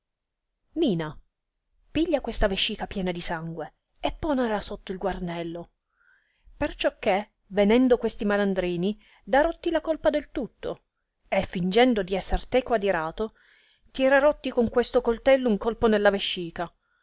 ina piglia questa vescica piena di sangue e ponela sotto il guarnello perciò che venendo questi malandrini darotti la colpa del tutto e fingendo di esser teco adirato tirerotti con questo coltello un colpo nella vescica